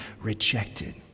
rejected